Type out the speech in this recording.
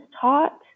taught